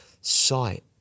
sight